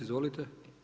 Izvolite.